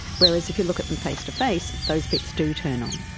whereas if you look at them face-to-face those bits do turn on.